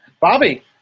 Bobby